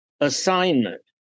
assignment